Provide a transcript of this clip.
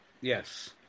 Yes